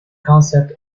concept